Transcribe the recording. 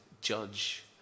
judge